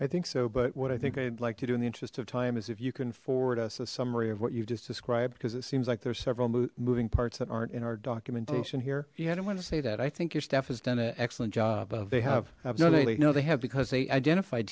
i think so but what i think i'd like to do in the interest of time is if you can forward us a summary of what you've just described because it seems like there's several moving parts that aren't in our documentation here i don't want to say that i think your staff has done an excellent job they have absolutely no they have because they identif